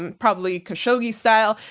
and probably khashoggi style.